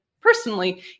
personally